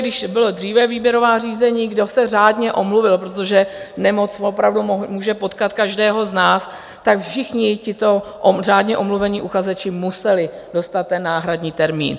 Když byla dříve výběrová řízení, kdo se řádně omluvil, protože nemoc opravdu může potkat každého z nás, tak všichni tito řádně omluvení uchazeči museli dostat náhradní termín.